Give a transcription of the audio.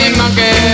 monkey